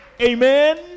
amen